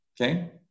Okay